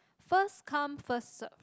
first come first serve